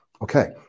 Okay